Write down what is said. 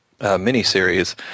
miniseries